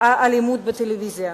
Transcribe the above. האלימות בטלוויזיה.